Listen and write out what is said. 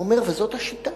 הוא אומר: וזאת השיטה.